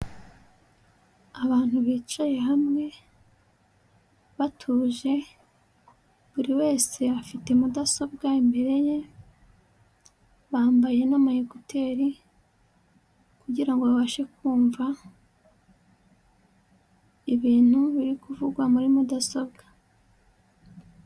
Abantu bicaye hamwe, batuje, buri wese afite mudasobwa imbere ye, bambaye n'ama ekuteri kugira ngo babashe kumva ibintu biri kuvugwa muri mudasobwa.